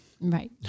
Right